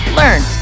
learn